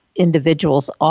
Individuals